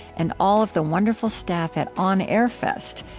and all of the wonderful staff at on air fest,